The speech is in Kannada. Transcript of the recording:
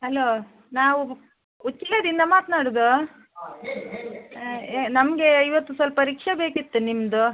ಹಲೋ ನಾವು ಉಚ್ಚಿಲದಿಂದ ಮಾತ್ನಾಡೋದು ನಮಗೆ ಇವತ್ತು ಸ್ವಲ್ಪ ರಿಕ್ಷಾ ಬೇಕಿತ್ತು ನಿಮ್ಮದು